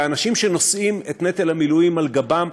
האנשים שנושאים את נטל המילואים על גבם,